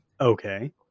Okay